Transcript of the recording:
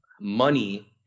money